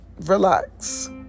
Relax